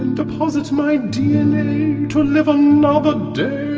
deposit my dna to live another day